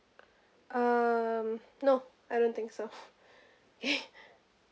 um no I don't think so